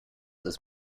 ist